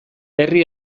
herri